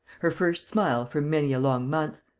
her first smile for many a long month.